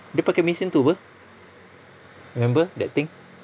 dia pakai mesin tu [pe] remember that thing